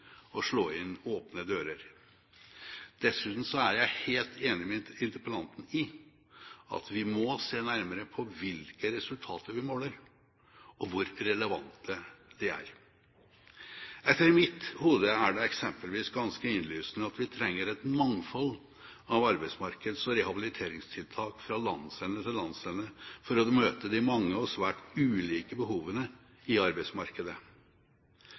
slå inn åpne dører. Dessuten er jeg helt enig med interpellanten i at vi må se nærmere på hvilke resultater vi måler, og hvor relevante de er. Etter mitt hode er det eksempelvis ganske innlysende at vi trenger et mangfold av arbeidsmarkeds- og rehabiliteringstiltak fra landsende til landsende for å møte de mange og svært ulike behovene i arbeidsmarkedet.